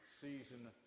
Season